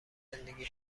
زندگی